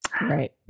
right